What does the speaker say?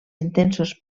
intensos